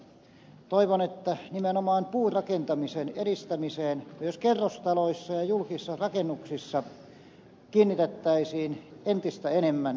toivon että nimenomaan puurakentamisen edistämiseen myös kerrostaloissa ja julkisissa rakennuksissa kiinnitet täisiin entistä enemmän huomiota